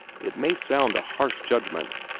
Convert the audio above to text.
it may sound a harsh judgement,